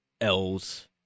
Ls